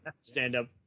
stand-up